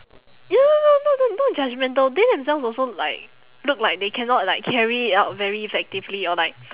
no no no no not judgemental they themselves also like look like they cannot like carry it out very effectively or like